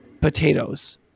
potatoes